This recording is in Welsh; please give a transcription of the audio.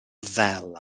ddel